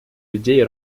людей